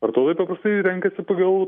vartotojai paprastai renkasi pagal